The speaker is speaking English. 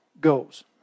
goes